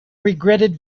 regretted